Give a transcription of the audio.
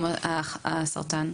עבור פיילוטים בתחום הסרטן?